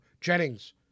Jennings